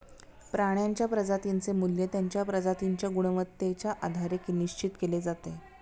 प्राण्यांच्या प्रजातींचे मूल्य त्यांच्या प्रजातींच्या गुणवत्तेच्या आधारे निश्चित केले जाते